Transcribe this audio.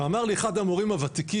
ואמר לי אחד המורים הוותיקים,